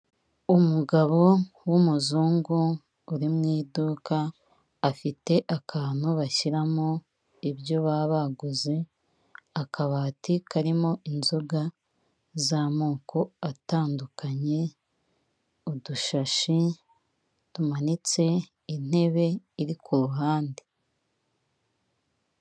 Umugabo w'umuzungu uri mu iduka, afite akantu bashyiramo ibyo baba baguze, akabati karimo inzoga z'amoko atandukanye, udushashi tumanitse, intebe iri ku ruhande.